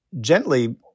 gently